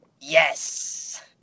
Yes